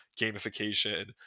gamification